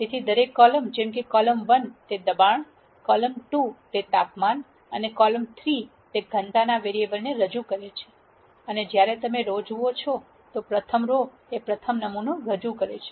તેથી દરેક કોલમ જેમ કે કોલમ 1 તે દબાણ કોલમ 2 તે તાપમાન અને કોલમ 3 તે ઘનતા ના વેરીએબલ ને રજૂ કરે છે અને જ્યારે તમે રો જુઓ છો પ્રથમ રો પ્રથમ નમૂનાને રજૂ કરે છે